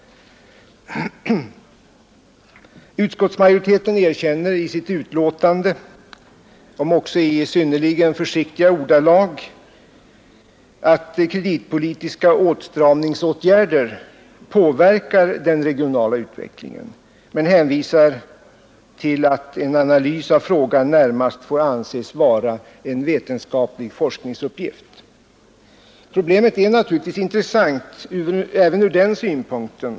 Utskottsmajoriteten erkänner i sitt betänkande — om också i synnerligen försiktiga ordalag — att kreditpolitiska åtstramningsåtgärder påverkar den regionala utvecklingen men hänvisar till att en analys av frågan närmast får anses vara en vetenskaplig forskningsuppgift. Problemet är naturligtvis intressant även ur den synpunkten.